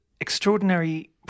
extraordinary